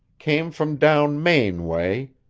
came from down maine way.